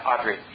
Audrey